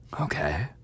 Okay